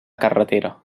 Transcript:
carretera